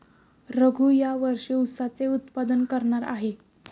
रघू या वर्षी ऊसाचे उत्पादन करणार आहे